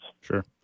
Sure